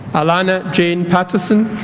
alannah jayne patterson